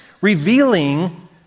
revealing